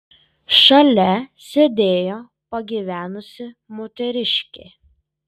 šalia sėdėjo pagyvenusi moteriškė